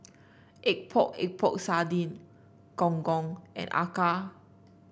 Epok Epok Sardin Gong Gong and acar